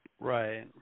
Right